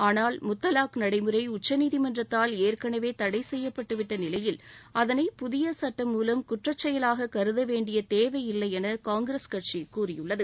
ஆனால்முத்தவாக் நடைமுறைச்சநீதிமன்றத்தால் ஏற்கனவேதடைசெய்யப்பட்டுவிட்டநிலையில் அதனை புதியசட்டம் மூலம் குற்றச்செயலாககருதவேண்டியதேவையில்லைஎனகாங்கிரஸ் கட்சிகூறியுள்ளது